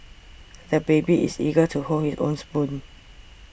the baby is eager to hold his own spoon